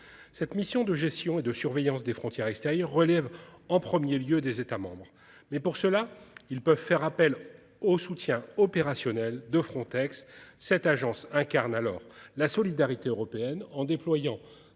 Cette mission de gestion et de surveillance des frontières extérieures relève en 1er lieu des États. Mais pour cela, ils peuvent faire appel au soutien opérationnel de Frontex. Cette agence incarne alors la solidarité européenne en déployant